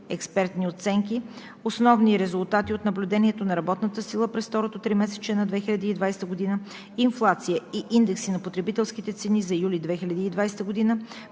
експертни оценки; основни резултати от наблюдението на работната сила през второто тримесечие на 2020 г.; инфлация и индекси на потребителските цени за юли 2020 г.;